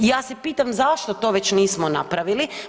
I ja se pitam zašto to već nismo napravili?